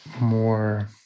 more